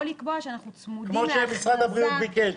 או לקבוע שאנחנו צמודים להכרזה -- כמו שמשרד הבריאות ביקש.